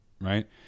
right